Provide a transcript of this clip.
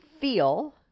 feel